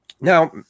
Now